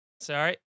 Sorry